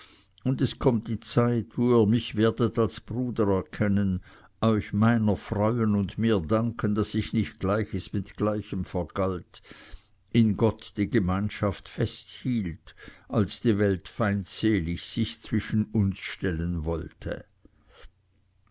und es kommt die zeit wo ihr mich werdet als bruder erkennen euch meiner freuen werdet und mir danken daß ich nicht gleiches mit gleichem vergalt in gott die gemeinschaft festhielt als die welt feindselig sich zwischen uns stellen wollte